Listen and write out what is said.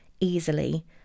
easily